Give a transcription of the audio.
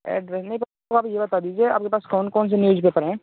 add पर आप ये बता दीजिए आपके पास कौन कौनसे न्यूज़पेपर हैं